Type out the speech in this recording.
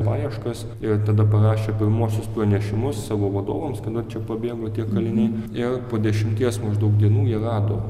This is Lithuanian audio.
paieškas ir tada parašė pirmuosius pranešimus savo vadovams kad vat čia pabėgo tie kaliniai ir po dešimties maždaug dienų jie rado